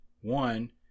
one